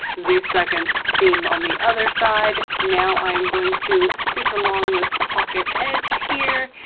the second seam on the other side. now, i am going to stitch along this pocket edge here,